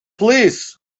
police